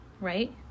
right